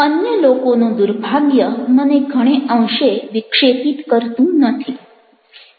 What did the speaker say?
અન્ય લોકોનું દુર્ભાગ્ય મને ઘણે અંશે વિક્ષેપિત કરતું નથી